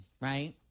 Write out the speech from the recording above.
right